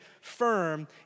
firm